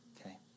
okay